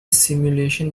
simulation